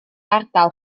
ardal